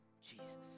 Jesus